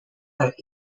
that